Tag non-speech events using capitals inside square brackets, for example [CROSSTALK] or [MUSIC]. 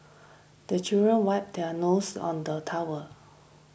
[NOISE] the children wipe their noses on the towel